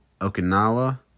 Okinawa